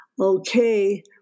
Okay